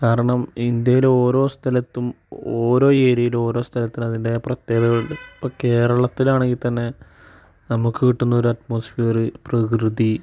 കാരണം ഇന്ത്യയിൽ ഓരോ സ്ഥലത്തും ഓരോ ഏരിയയിലും ഓരോ സ്ഥലത്തിനതിൻറേതായ പ്രത്യേകതകൾ ഉണ്ട് ഇപ്പം കേരളത്തിൽ ആണെങ്കിൽ തന്നെ നമുക്ക് കിട്ടുന്ന ഒരു അറ്റ്മോസ്ഫിയർ പ്രകൃതി